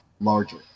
larger